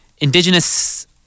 indigenous